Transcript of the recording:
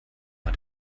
war